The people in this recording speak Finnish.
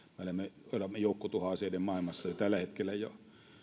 me elämme joukkotuhoaseiden maailmassa tällä hetkellä jo